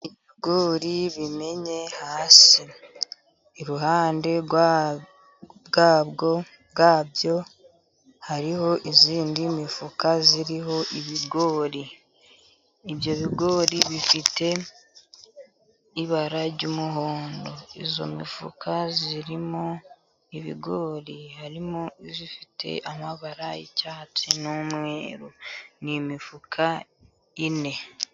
Ibigori bimennye hasi, iruhande rwabyo hariho iyindi mifuka iriho ibigori, ibyo bigori bifite ibara ry'umuhondo, iyo mifuka irimo ibigori harimo ifite amabara y'icyatsi, n'umweru, ni imifuka ine.